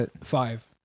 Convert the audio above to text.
Five